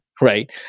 right